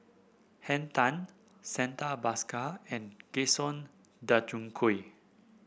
Henn Tan Santha Bhaskar and Gaston Dutronquoy